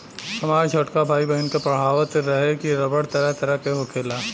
हामर छोटका भाई, बहिन के पढ़ावत रहे की रबड़ तरह तरह के होखेला